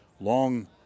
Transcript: Long